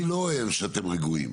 אני לא אוהב שאתם רגועים.